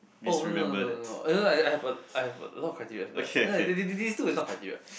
oh no no no no no I have a I have a lot of criterias but this this these two is not criteria